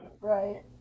right